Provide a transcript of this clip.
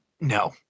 No